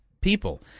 people